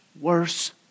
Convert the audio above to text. worse